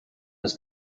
was